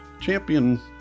champion